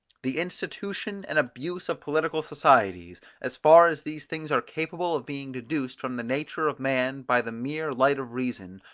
the institution and abuse of political societies, as far as these things are capable of being deduced from the nature of man by the mere light of reason,